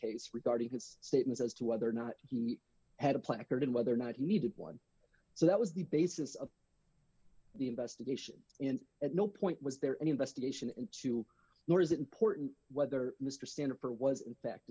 case regarding his statements as to whether or not he had a placard and whether or not he needed one so that was the basis of the investigation and at no point was there any investigation into nor is it important whether mr stanhope or was in fact